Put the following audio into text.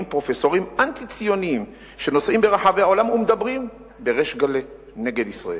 פרופסורים אנטי-ציונים שנוסעים ברחבי העולם ומדברים נגד ישראל.